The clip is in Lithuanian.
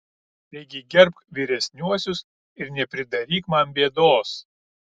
taigi gerbk vyresniuosius ir nepridaryk man bėdos